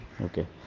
Okay